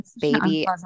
baby